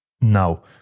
Now